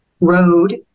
road